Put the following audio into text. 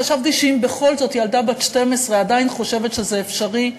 חשבתי שאם בכל זאת ילדה בת 12 עדיין חושבת שזה אפשרי,